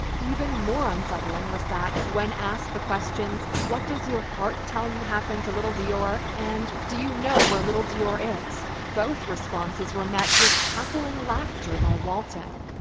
even more unsettling was that, when asked the questions what does your heart tell you happened to little deorr? and do you know where little deorr is, both responses were met with cackling laughter by walton.